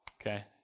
okay